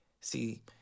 See